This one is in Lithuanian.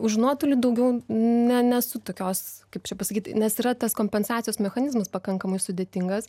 už nuotolį daugiau ne nesu tokios kaip čia pasakyt nes yra tas kompensacijos mechanizmas pakankamai sudėtingas